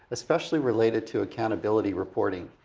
especially related to accountability reporting.